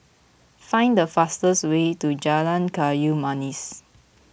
find the fastest way to Jalan Kayu Manis